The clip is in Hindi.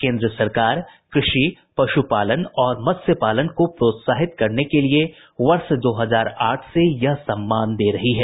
केन्द्र सरकार कृषि पशुपालन और मत्स्यपालन को प्रोत्साहित करने के लिए वर्ष दो हजार आठ से यह सम्मान दे रही है